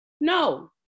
No